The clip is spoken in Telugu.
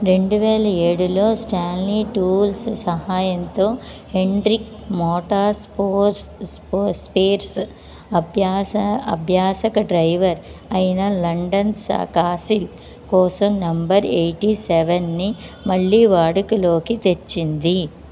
రెండు వేల ఏడులో స్టాన్లీ టూల్స్ సహాయంతో హెండ్రిక్ మోటార్ స్పోర్ట్స్ స్పేర్స్ అభ్యాస అభ్యాసక డ్రైవర్ అయిన లండన్ కాసిల్ కోసం నంబర్ ఎయిటీ సెవన్ని మళ్ళీ వాడుకలోకి తెచ్చింది